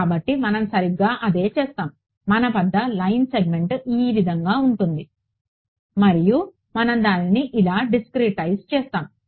కాబట్టి మనం సరిగ్గా అదే చేస్తాము మన వద్ద లైన్ సెగ్మెంట్ ఈ విధంగా ఉంటుంది మరియు మనం దానిని ఇలా డిస్క్రెటైజ్ చేస్తాము